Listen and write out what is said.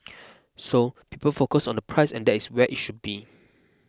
so people focus on the price and that is where it should be